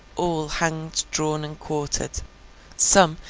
all hanged, drawn, and quartered some,